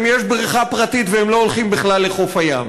יש בריכה פרטית והם לא הולכים בכלל לחוף הים.